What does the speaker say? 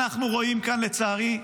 אנחנו רואים כאן, לצערי,